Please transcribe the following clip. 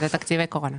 כן, זה תקציבי קורונה.